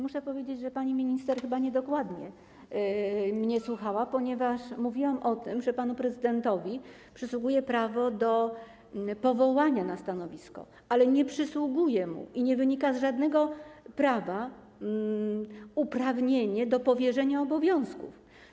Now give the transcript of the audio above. Muszę powiedzieć, że pani minister chyba niedokładnie mnie słuchała, ponieważ mówiłam o tym, że panu prezydentowi przysługuje prawo do powołania na stanowisko, ale nie przysługuje mu i nie wynika z żadnego prawa uprawnienie do powierzenia obowiązków.